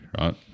right